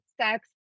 sex